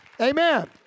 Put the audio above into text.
Amen